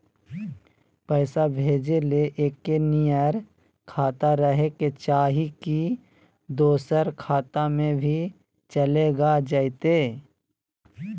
पैसा भेजे ले एके नियर खाता रहे के चाही की दोसर खाता में भी चलेगा जयते?